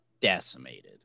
decimated